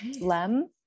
lem